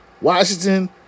washington